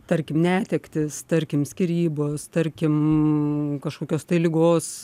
tarkim netektys tarkim skyrybos tarkim kažkokios tai ligos